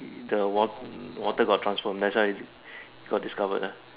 the wa~ water got transformed that's why is it got discovered lah